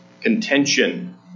contention